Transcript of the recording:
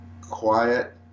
quiet